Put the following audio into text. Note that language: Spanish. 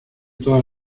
todas